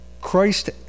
Christ